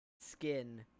skin